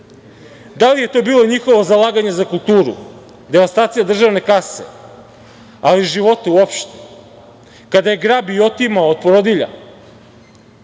Da li je to bilo njihovo zalaganje za kulturu, devastacija državne kase, ali i života uopšte, kada je grabio i otimao od porodilja?